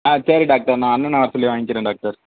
ஆ சரி டாக்டர் நான் அண்ணன வர சொல்லி வாங்கிக்கிறேன் டாக்டர்